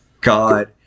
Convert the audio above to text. God